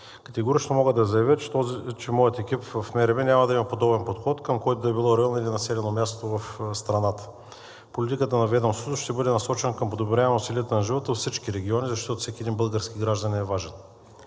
Категорично мога да заявя, че моят екип в МРРБ няма да има подобен подход към който и да било район или населено място в страната. Политиката на ведомството ще бъде насочена към подобряване условията на живот във всички региони, защото всеки един български гражданин е важен.